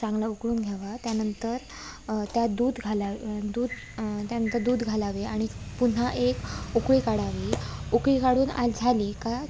चांगला उकळून घ्यावा त्यानंतर त्यात दूध घालावं दूध त्यानंतर दूध घालावे आणि पुन्हा एक उकळी काढावी उकळी काढून आत झाली का